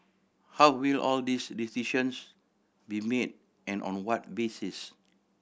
how will all these decisions be made and on what basis